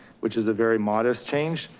which is a very modest change.